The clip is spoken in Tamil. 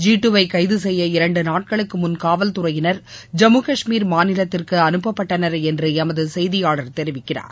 ஜீட்டுவை கைது செய்ய இரண்டு நாட்களுக்கு முன் காவல்துறையினா் ஜம்மு கஷ்மீர் மாநிலத்திற்கு அனுப் பட்டனர் என்று எமது செய்தியாளர் தெரிவிக்கிறார்